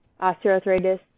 osteoarthritis